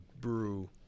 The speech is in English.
brew